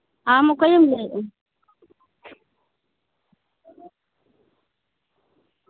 ᱟᱢ ᱚᱠᱚᱭᱮᱢ ᱞᱟᱹᱭᱮᱫᱼᱟ